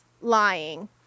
lying